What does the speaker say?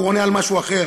הוא עונה על משהו אחר,